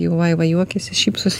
jau vaiva juokiasi šypsos